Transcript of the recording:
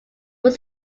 was